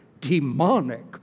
demonic